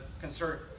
concern